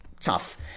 tough